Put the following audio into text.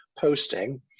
posting